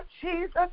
Jesus